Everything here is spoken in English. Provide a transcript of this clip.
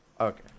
Okay